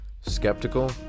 Skeptical